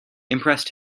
impressed